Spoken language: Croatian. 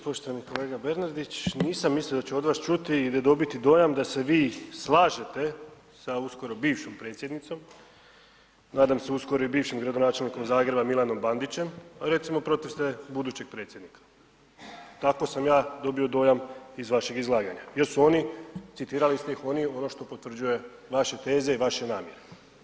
Poštovani kolega Bernardić, nisam mislio da ću od vas čuti ili dobiti dojam da se vi slažete sa uskoro bivšom Predsjednicom, nadam se uskoro i bivšem gradonačelnikom Zagreba Milanom Bandićem, ali recimo protiv ste budućeg Predsjednika, tako sam ja dobio dojam iz vašeg izlaganja jer su oni, citirali ste ih, oni ono što potvrđuje vaše teze i vaše namjere.